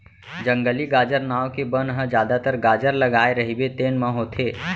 जंगली गाजर नांव के बन ह जादातर गाजर लगाए रहिबे तेन म होथे